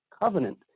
covenant